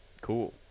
Cool